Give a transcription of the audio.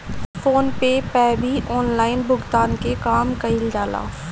phone पे पअ भी online भुगतान के काम कईल जाला